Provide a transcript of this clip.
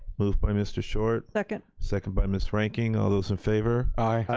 moved by mr. short. second. second by miss reinking. all those in favor. aye.